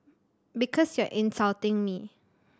because you are insulting me